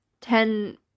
ten